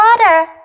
Water